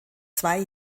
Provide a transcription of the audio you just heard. zwei